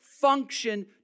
function